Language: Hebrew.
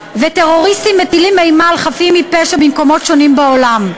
וטרוריסטים המטילים אימה על חפים מפשע במקומות שונים בעולם.